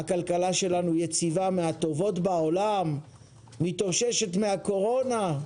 הכלכלה שלנו היא יציבה והיא מהטובות בעולם והיא מתאוששת מהקורונה.